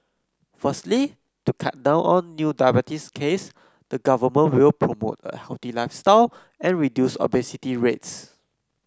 firstly to cut down on new diabetes case the government will promote a healthy lifestyle and reduce obesity rates